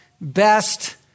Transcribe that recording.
best